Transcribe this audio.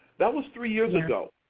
that was three years ago,